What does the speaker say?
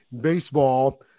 baseball